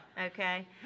Okay